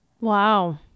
Wow